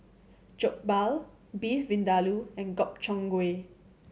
Jokbal Beef Vindaloo and Gobchang Gui